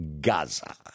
Gaza